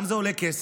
זה גם עולה כסף,